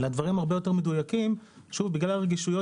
הדברים הרבה יותר מדויקים בגלל הרגישויות